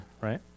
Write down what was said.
right